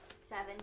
Seven